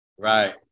Right